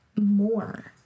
More